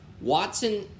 Watson